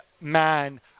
man